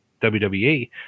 WWE